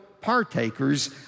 partakers